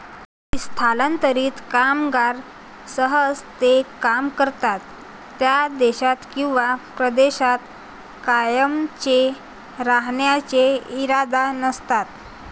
स्थलांतरित कामगार सहसा ते काम करतात त्या देशात किंवा प्रदेशात कायमचे राहण्याचा इरादा नसतात